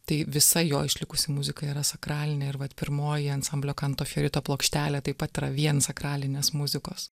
tai visa jo išlikusi muzika yra sakralinė ir vat pirmoji ansamblio kanto fiorito plokštelė taip pat yra vien sakralinės muzikos